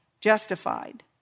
justified